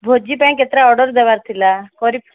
ଭୋଜି ପାଇଁ କେତେଟା ଅର୍ଡ଼ର୍ ଦେବାର ଥିଲା କରି